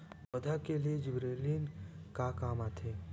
पौधा के लिए जिबरेलीन का काम आथे?